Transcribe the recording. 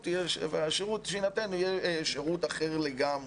והשירות שיינתן יהיה שירות אחר לגמרי.